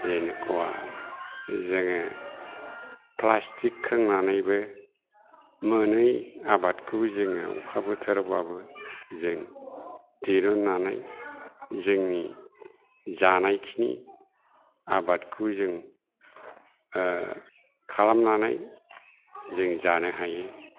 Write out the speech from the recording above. जेनेख'वा जोङो प्लाष्टिक खोंनानैबो मोनै आबादखौ जोङो अखा बोथोरावब्लाबो जों दिरुन्नानै जोंनि जानायखिनि आबादखौ जों खालामनानै जों जानो हायो